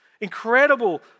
Incredible